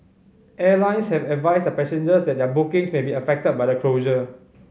airlines have advised their passengers that their bookings may be affected by the closure